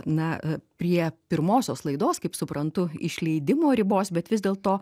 na prie pirmosios laidos kaip suprantu išleidimo ribos bet vis dėlto